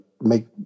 make